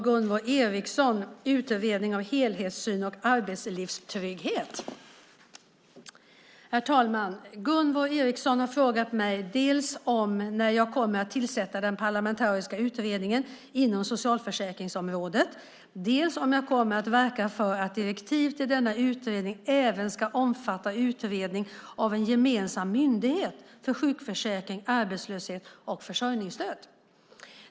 Gunvor G Ericson har frågat mig dels när jag kommer att tillsätta den parlamentariska utredningen inom socialförsäkringsområdet, dels om jag kommer att verka för att direktiven till denna utredning även ska omfatta utredning av en gemensam myndighet för sjukförsäkring, arbetslöshet och försörjningsstöd.